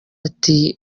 ati